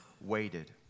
waited